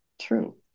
true